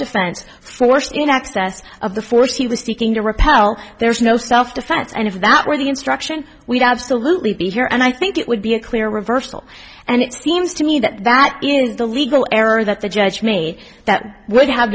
defense force in excess of the force he was speaking to repel there's no self defense and if that were the instruction we don't absolutely be here and i think it would be a clear reversal and it seems to me that that is the legal error that the judge me that would have